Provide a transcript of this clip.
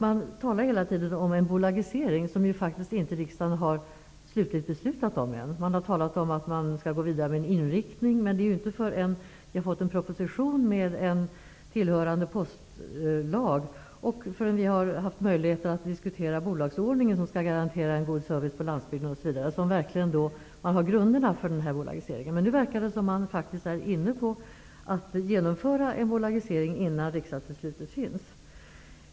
Man talar hela tiden om en bolagisering, något som riksdagen ännu inte slutligt beslutat om. Man har talat om att man skall gå vidare med denna inriktning. Men det är inte förrän det kommit en proposition med ett förslag till en postlag och riksdagen haft möjlighet att diskutera den bolagsordning som skall garantera en god service på landsbygden, osv., som det finns grund för en bolagisering. Nu verkar det som att man är inne på att genomföra en bolagisering innan riksdagsbeslutet är fattat.